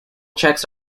checks